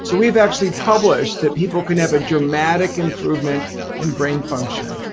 so we've actually published that people can have a dramatic improvement in brain function.